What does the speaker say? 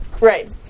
Right